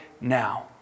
now